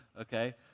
okay